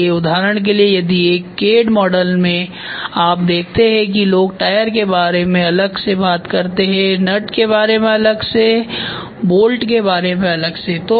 इसलिए उदाहरण के लिए यदि एक CAD मॉडल में आप देखते हैं कि लोग टायर के बारे में अलग से बात करते है नटके बारे में अलग से बोल्ट के बारे में अलग से